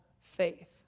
faith